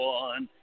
one